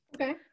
Okay